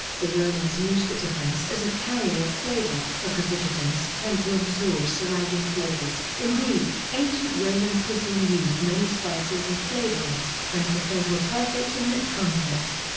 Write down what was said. the romans used the terfez as a carrier of flavor, because the terfez tend to absorb surrounding flavors. indeed, ancient roman cuisine used many spices and flavorings, and terfez were perfect in that context.